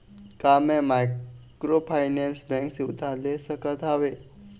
का मैं microfinance bank से उधार ले सकत हावे?